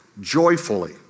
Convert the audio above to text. Joyfully